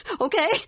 Okay